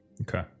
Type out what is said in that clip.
Okay